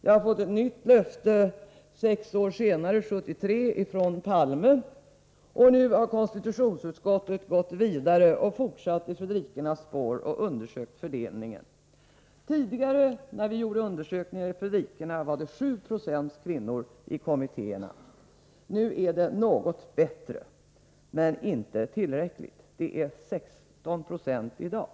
Jag har fått ett nytt löfte sex år senare, 1973, ifrån Olof Palme. Nu har konstitutionsutskottet gått vidare, fortsatt i Fredrikornas spår och undersökt könsfördelningen. Tidigare, när Fredrika-Bremer-Förbundet undersökte förhållandet, var det 7 70 kvinnor i kommittéerna. Nu är det något bättre, men det är inte tillräckligt. Det är 16 96 i dag.